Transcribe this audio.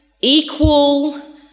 equal